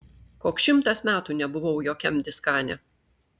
koks šimtas metų nebuvau jokiam diskane